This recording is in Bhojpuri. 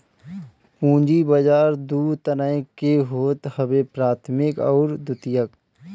पूंजी बाजार दू तरह के होत हवे प्राथमिक अउरी द्वितीयक